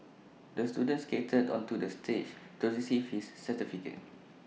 the student skated onto the stage to receive his certificate